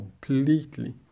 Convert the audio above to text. completely